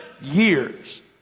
years